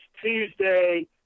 Tuesday